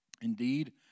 Indeed